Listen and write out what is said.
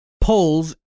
polls